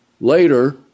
later